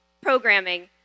programming